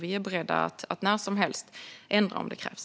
Vi är beredda att när som helst ändra det om det krävs.